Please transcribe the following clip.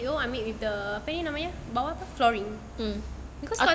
B_T_O I make with the apa namanya bawah tu mm